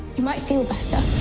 you might feel but